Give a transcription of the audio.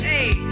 Hey